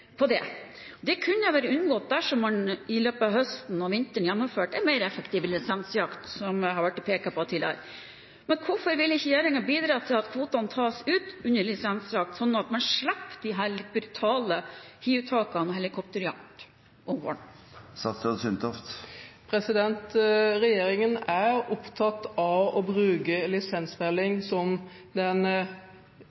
på det. Dette kunne vært unngått dersom man i løpet av høsten og vinteren gjennomførte en mer effektiv lisensjakt, som det har vært pekt på tidligere. Men hvorfor vil ikke regjeringen bidra til at kvotene tas ut under lisensjakt, sånn at man slipper disse litt brutale metodene med hiuttak og helikopterjakt om våren? Regjeringen er opptatt av å bruke